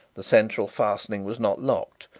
the central fastening was not locked,